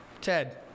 Ted